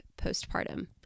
postpartum